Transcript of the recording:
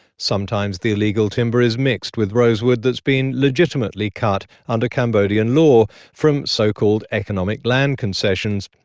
sometimes the illegal timber is mixed with rosewood that's been legitimately cut, under cambodian law, from so-called economic land concessions,